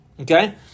Okay